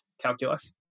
calculus